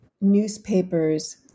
newspapers